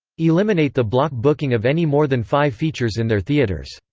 eliminate the block-booking of any more than five features in their theaters.